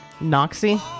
Noxy